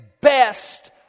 best